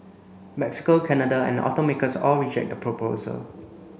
Mexico Canada and the automakers all reject that proposal